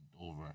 over